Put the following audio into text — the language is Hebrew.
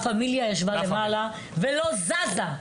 הפמילייה ישבה למעלה ולא זזה,